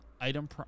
Item